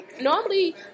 normally